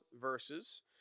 verses